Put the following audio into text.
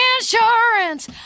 insurance